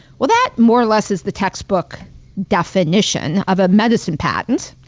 well, that more or less, is the textbook definition of a medicine patent.